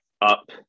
up